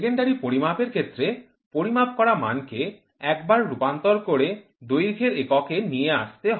secondary পরিমাপ এর ক্ষেত্রে পরিমাপ করা মানকে একবার রূপান্তর করে দৈর্ঘ্যের একক নিয়ে আসা হয়